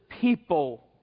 people